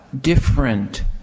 different